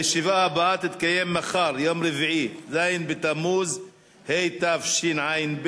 היושב-ראש, אתה יכול לצרף